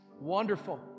wonderful